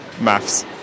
maths